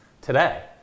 today